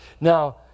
Now